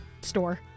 store